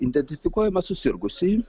identifikuojame susirgusįjį